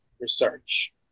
research